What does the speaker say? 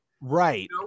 Right